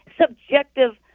subjective